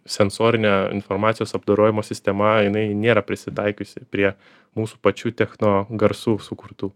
sensorinio informacijos apdorojimo sistema jinai nėra prisitaikiusi prie mūsų pačių techno garsų sukurtų